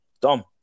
Dom